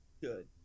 Good